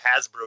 Hasbro